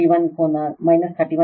31 ಕೋನ 31